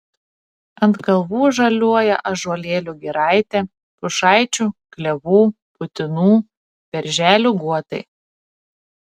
ant kalvų žaliuoja ąžuolėlių giraitė pušaičių klevų putinų berželių guotai